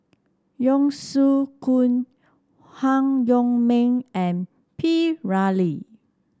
Yong Shu Hoong Han Yong May and P Ramlee